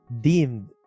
deemed